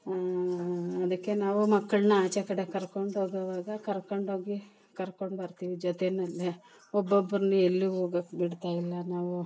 ಅದಕ್ಕೆ ನಾವು ಮಕ್ಕಳನ್ನ ಆಚೆ ಕಡೆ ಕರ್ಕೊಂಡು ಹೋಗೋವಾಗ ಕರ್ಕೊಂಡು ಹೋಗಿ ಕರ್ಕೊಂಡು ಬರ್ತೀನಿ ಜೊತೆಯಲ್ಲೇ ಒಬ್ಬೊಬ್ರನ್ನ ಎಲ್ಲೂ ಹೋಗೋಕೆ ಬಿಡ್ತಾಯಿಲ್ಲ ನಾವು